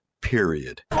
period